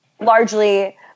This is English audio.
largely